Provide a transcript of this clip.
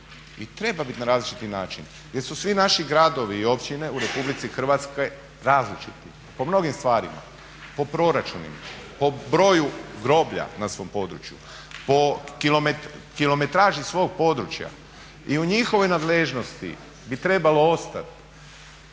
treba bit na različiti način, jer su svi naši gradovi i općine u RH različiti po mnogim stvarima, po proračunima, po broju groblja na svom području, po kilometraži svog područja i u njihovoj nadležnosti bi trebalo ostati